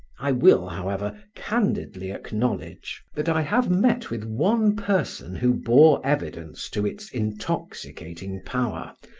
i will, however, candidly acknowledge that i have met with one person who bore evidence to its intoxicating power,